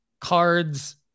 cards